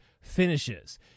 finishes